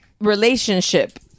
relationship